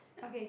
okay